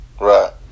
Right